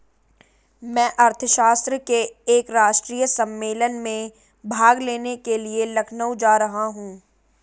मैं अर्थशास्त्र के एक राष्ट्रीय सम्मेलन में भाग लेने के लिए लखनऊ जा रहा हूँ